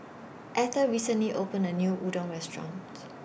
Etta recently opened A New Udon Restaurant